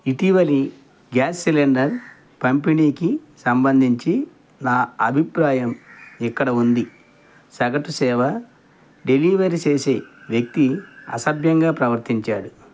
ఇటీవలి gas cylinder పంపిణీకి సంబంధించి నా అభిప్రాయం ఇక్కడ ఉంది సగటు సేవ డెలివరీ చేసే వ్యక్తి అసభ్యంగా ప్రవర్తించాడు